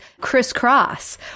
crisscross